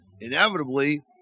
inevitably